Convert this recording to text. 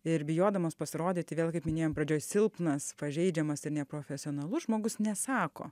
ir bijodamas pasirodyti vėl kaip minėjom pradžioj silpnas pažeidžiamas ir neprofesionalus žmogus nesako